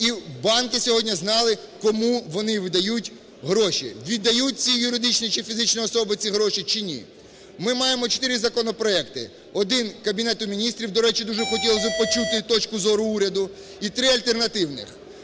і банки сьогодні знали кому вони видають гроші, віддають цій юридичній чи фізичній особі ці гроші чи ні. Ми маємо чотири законопроекти, один Кабінету Міністрів, до речі, дуже хотілося б почути точку зору уряду, і три альтернативних.